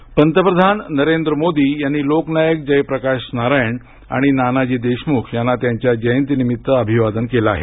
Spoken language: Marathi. मोदी पंतप्रधान नरेंद्र मोदी यांनी लोकनायक जयप्रकाश नारायण आणि नानाजी देशमुख यांना त्यांच्या जयंती निमित्त अभिवादन केलं आहे